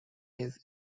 his